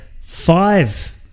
five